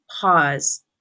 pause